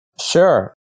Sure